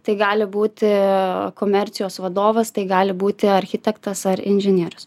tai gali būti komercijos vadovas tai gali būti architektas ar inžinierius